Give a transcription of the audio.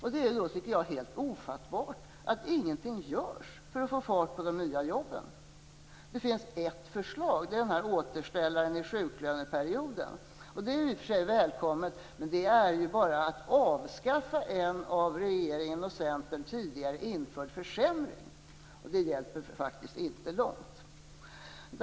Då är det helt ofattbart att ingenting görs för att få fart på de nya jobben. Det finns ett förslag, nämligen återställaren av sjuklöneperioden. Det är i och för sig välkommet, men det är ju bara att avskaffa en av regeringen och Centern tidigare införd försämring. Det räcker faktiskt inte långt.